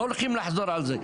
לא הולכים לחזור על זה,